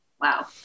wow